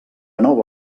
nou